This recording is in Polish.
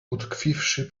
utkwiwszy